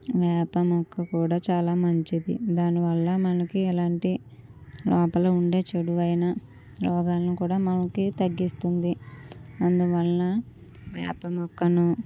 వేప మొక్క కూడా చాలా మంచిది దాని వల్ల దాని వల్ల మనకు ఎలాంటి లోపల ఉండే చెడువైనా రోగాలను కూడా మనకి తగ్గిస్తుంది అందువల్ల వేప మొక్కను